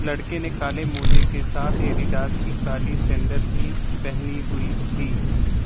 लड़के ने काले मोजे के साथ एडिडास की काली सैंडल भी पहनी हुई थी